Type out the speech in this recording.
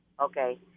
Okay